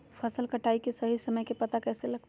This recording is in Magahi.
फसल कटाई के सही समय के पता कैसे लगते?